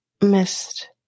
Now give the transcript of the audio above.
missed